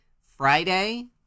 Friday